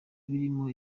birimo